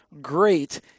great